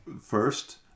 first